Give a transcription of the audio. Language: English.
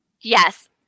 Yes